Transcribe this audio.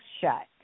shut